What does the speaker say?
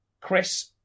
Chris